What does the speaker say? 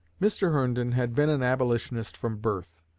mr. herndon had been an abolitionist from birth.